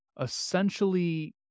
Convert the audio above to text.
essentially